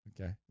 Okay